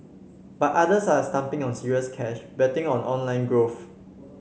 but others are stumping on serious cash betting on online growth